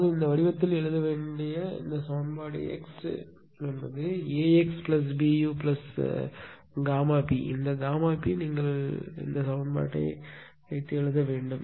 அதாவது இந்த வடிவத்தில் எழுத வேண்டிய இந்த சமன்பாடு x AxBuΓp இந்த Γp நீங்கள் இந்த சமன்பாட்டை எழுத வேண்டும்